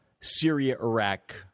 Syria-Iraq